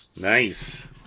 Nice